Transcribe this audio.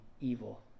evil